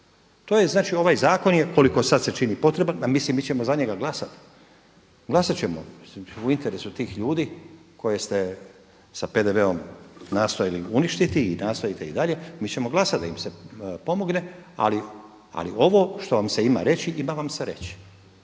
To je znači ovaj zakon je koliko sad se čini potreban, ma mislim mi ćemo za njega glasati, glasat ćemo u interesu tih ljudi koje ste s PDV-om nastojali uništiti nastojite i dalje. Mi ćemo glasat da im se pomogne. Ali ovo što vam se ima reći ima vam se reći.